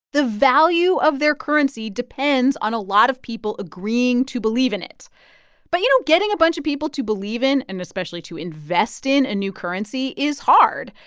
the value of their currency depends on a lot of people agreeing to believe in it but, you know, getting a bunch of people to believe in, and especially to invest in, a new currency is hard,